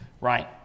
right